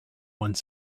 one